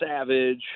Savage